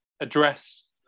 address